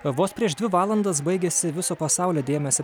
vos prieš dvi valandas baigėsi viso pasaulio dėmesį